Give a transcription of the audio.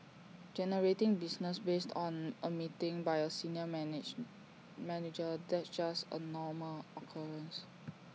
generating business based on A meeting by A senior manage manager that's just A normal occurrence